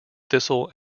thistle